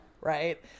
right